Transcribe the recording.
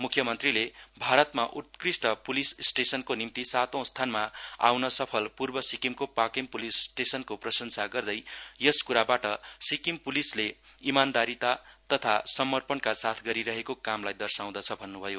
मुख्यमन्त्रीले भारतमा उत्कृष्ट प्लिस स्टेशनको निम्ति सांतौ स्थानमा आउन सफल पूर्व सिक्किमको पाकिम प्लिस प्लिस स्टेशनको प्रशंसा गर्दै यस क्राबाट सिक्किम प्लिसले इमान्दारिता तथा समपर्णका साथ गरिरहेको कामलाई दशाउँछ भन्न्भयो